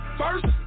first